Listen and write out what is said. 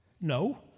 No